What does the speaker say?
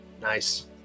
Nice